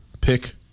pick